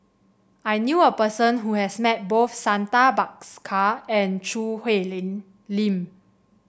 I knew a person who has met both Santha Bhaskar and Choo Hwee Lim